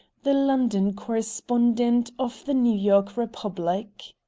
the london correspondent of the new york republic.